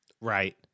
Right